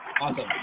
Awesome